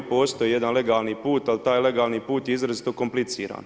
Postoji jedan legalni put, ali taj legalni put je izrazito kompliciran.